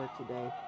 today